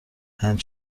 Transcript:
هند